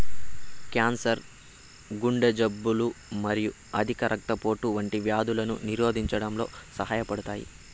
cancer, గుండె జబ్బులు మరియు అధిక రక్తపోటు వంటి వ్యాధులను నిరోధించడంలో సహాయపడతాయి